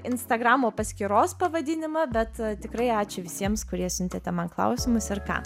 instagramo paskyros pavadinimą bet tikrai ačiū visiems kurie siuntėte man klausimus ir ką